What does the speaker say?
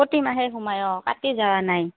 প্ৰতি মাহে সোমাই অঁ কাটি যোৱা নাই